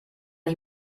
ich